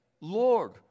Lord